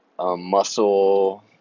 muscle